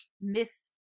Miss